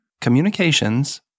communications